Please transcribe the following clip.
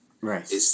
right